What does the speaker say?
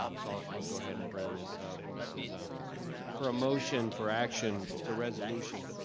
um so i'll i'll go ahead and bring this up. this is um for a motion for action, it's a resolution.